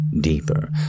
deeper